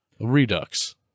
Redux